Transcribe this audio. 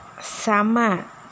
Sama